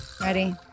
Ready